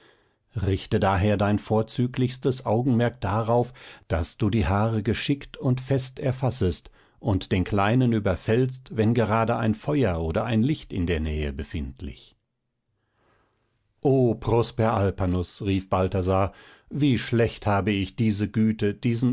richte daher dein vorzüglichstes augenmerk darauf daß du die haare geschickt und fest erfassest und den kleinen überfällst wenn gerade ein feuer oder ein licht in der nähe befindlich o prosper alpanus rief balthasar wie schlecht habe ich diese güte diesen